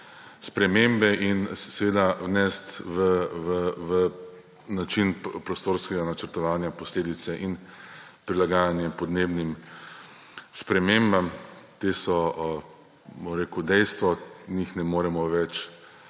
spremembe, in seveda vnesti v način prostorskega načrtovanja posledice in prilagajanje podnebnim spremembam. Te so dejstvo, njih ne moremo več